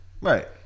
Right